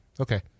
Okay